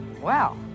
wow